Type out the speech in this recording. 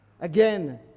Again